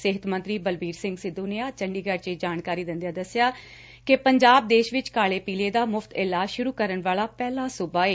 ਸਿਹਤ ਮੰਤਰੀ ਬਲਬੀਰ ਸਿੰਘ ਸਿੱਧੁ ਨੇ ਅੱਜ ਚੰਡੀਗੜ ਚ ਇਹ ਜਾਣਕਾਰੀ ਦਿੰਦਿਆਂ ਦਸਿਆ ਕਿ ਪੰਜਾਬ ਦੇਸ਼ ਵਿਚ ਕਾਲੇ ਪੀਲੀਏ ਦਾ ਮੁਫ਼ਤ ਇਲਾਜ ਸੁਰੁ ਕਰਨ ਵਾਲਾ ਪਹਿਲਾ ਸੁਬਾ ਏ